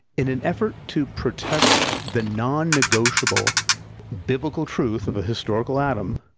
in an effort to protect the non-negotiable biblical truth of a historical adam,